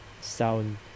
sound